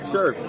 Sure